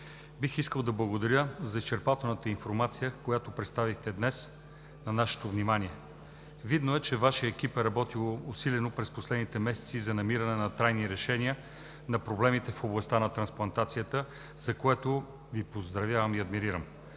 бих искал да благодаря за изчерпателната информация, която представихте днес на нашето внимание. Видно е, че през последните месеци Вашият екип е работил усилено за намиране на трайни решения на проблемите в областта на трансплантацията, за което Ви поздравявам и адмирирам.